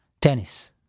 Tennis